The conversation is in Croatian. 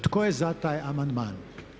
Tko je za taj amandman?